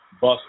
bus